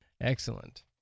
Excellent